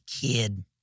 kid